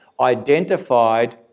identified